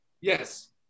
Yes